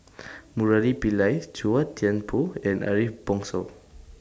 Murali Pillai Chua Thian Poh and Ariff Bongso